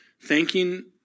thanking